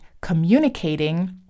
communicating